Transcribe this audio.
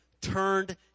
turned